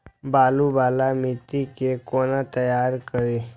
बालू वाला मिट्टी के कोना तैयार करी?